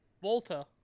Walter